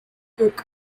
book